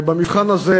ובמבחן הזה